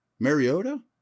Mariota